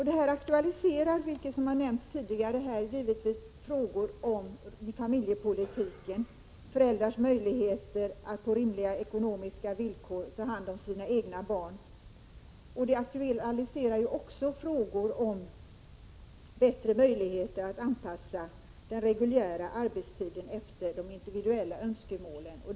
Det här aktualiserar, som nämnts tidigare här, givetvis frågor som gäller familjepolitiken, föräldrars möjligheter att på rimliga ekonomiska villkor ta hand om sina egna barn, och det aktualiserar också frågor som gäller bättre möjligheter att anpassa den reguljära arbetstiden efter de individuella önskemålen.